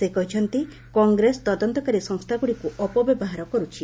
ସେ କହିଛନ୍ତି କଂଗ୍ରେସ ତଦନ୍ତକାରୀ ସଂସ୍ଥା ଗୁଡ଼ିକୁ ଅପବ୍ୟବହାର କରୁଛି